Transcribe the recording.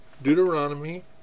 Deuteronomy